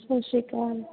ਸਤਿ ਸ਼੍ਰੀ ਅਕਾਲ